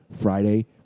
Friday